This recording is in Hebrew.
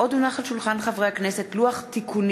עבדאללה אבו מערוף,